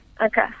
Okay